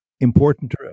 Important